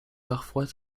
parfois